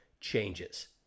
changes